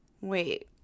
wait